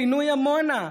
בפינוי עמונה,